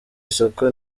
isoko